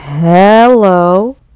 hello